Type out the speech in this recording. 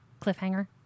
cliffhanger